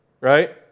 right